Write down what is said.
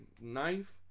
knife